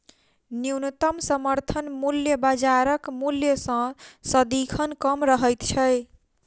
न्यूनतम समर्थन मूल्य बाजारक मूल्य सॅ सदिखन कम रहैत छै